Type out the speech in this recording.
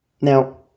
Now